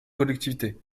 collectivités